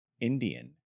indian